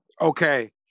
Okay